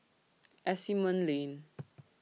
Asimont Lane